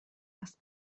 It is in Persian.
است